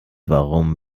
warum